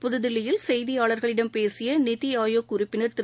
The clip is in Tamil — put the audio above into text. புது தில்லியில் செய்தியாளர்களிடம் பேசியநித்திஆயோக் உறுப்பினர் திரு